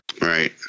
Right